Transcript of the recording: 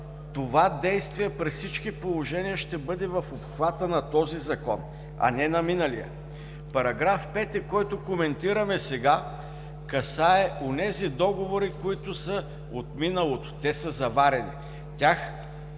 Това действие при всички положения ще бъде в обхвата на този Закон, а не на миналия. Параграф 5, който коментираме сега, касае онези договори, които са от миналото, те са заварени. Тях